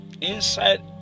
inside